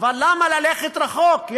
אבל למה ללכת רחוק?